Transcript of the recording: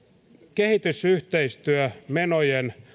kehitysyhteistyömenojen